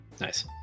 Nice